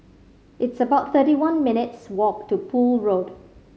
it's about thirty one minutes' walk to Poole Road